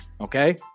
Okay